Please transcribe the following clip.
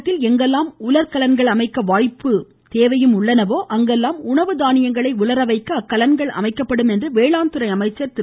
தமிழகத்தில் எங்கெல்லாம் உலர் கலன்கள் அமைக்க வாய்ப்பும் தேவையும் உள்ளனவோ அங்கெல்லாம் உணவு தானியங்களை உலர வைக்க அக்கலன்கள் அமைக்கப்படும் என்று வேளாண் துறை அமைச்சர் திரு